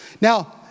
Now